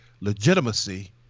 legitimacy